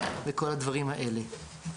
וכל הדברים האלה.